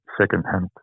secondhand